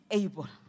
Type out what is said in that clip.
able